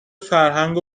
فرهنگ